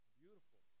beautiful